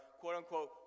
quote-unquote